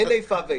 אין איפה ואיפה.